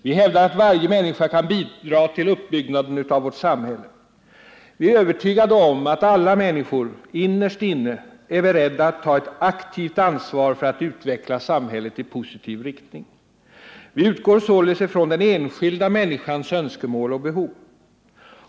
Vi hävdar att varje människa kan bidra till uppbyggnaden av vårt samhälle. Vi är övertygade om att alla människor innerst inne är beredda att ta ett aktivt ansvar, att utveckla samhället i positiv riktning. Vi utgår således från den enskilda människans önskemål och behov.